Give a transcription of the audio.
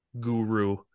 guru